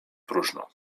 próżno